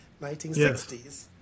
1960s